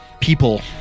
people